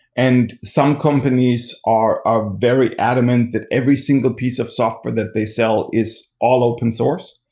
and some companies are ah very adamant that every single piece of software that they sell is all open source.